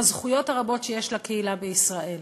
בזכויות הרבות שיש לקהילה בישראל.